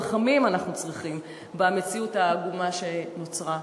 רחמים אנחנו צריכים במציאות העגומה שנוצרה.